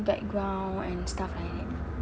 background and stuff like that